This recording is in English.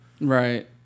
Right